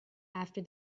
after